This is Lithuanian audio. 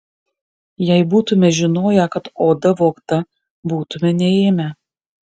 jei būtume žinoję kad oda vogta būtume neėmę